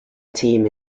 team